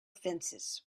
fences